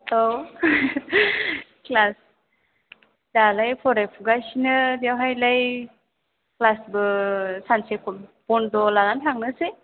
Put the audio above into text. औ क्लास दालाय फरायफुगासिनो बेवहायलाय क्लासबो सानसेखौ बन्द' लानानै थांनोसै